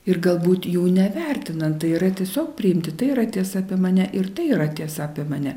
ir galbūt jų nevertinant tai yra tiesiog priimti tai yra tiesa apie mane ir tai yra tiesa apie mane